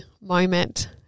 moment